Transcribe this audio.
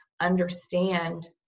understand